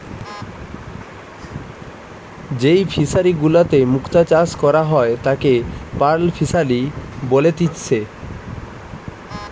যেই ফিশারি গুলাতে মুক্ত চাষ করা হয় তাকে পার্ল ফিসারী বলেতিচ্ছে